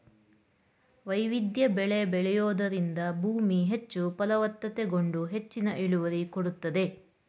ವೈವಿಧ್ಯ ಬೆಳೆ ಬೆಳೆಯೂದರಿಂದ ಭೂಮಿ ಹೆಚ್ಚು ಫಲವತ್ತತೆಗೊಂಡು ಹೆಚ್ಚಿನ ಇಳುವರಿ ಕೊಡುತ್ತದೆ